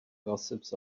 gossips